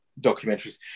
documentaries